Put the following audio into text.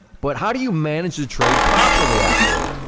but how do you manage to trade properly, actually?